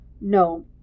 No